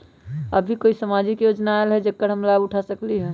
अभी कोई सामाजिक योजना आयल है जेकर लाभ हम उठा सकली ह?